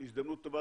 זו הזדמנות טובה,